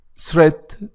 threat